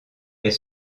est